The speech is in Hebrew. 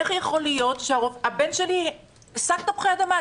איך יכול להיות שהבן שלי שק תפוחי אדמה,